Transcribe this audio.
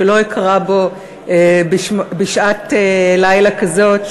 שלא אקרא בו בשעת לילה כזאת,